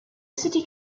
city